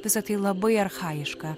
visa tai labai archajiška